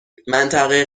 منطقه